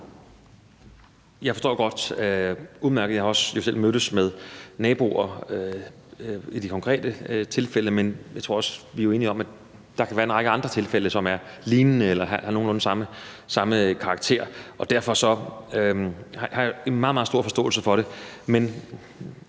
det udmærket godt. Jeg har jo også selv mødtes med naboer i de konkrete tilfælde. Men jeg tror også, at vi er enige om, at der kan være en række andre tilfælde, som er lignende eller har nogenlunde samme karakter. Derfor har jeg meget, meget stor forståelse for det,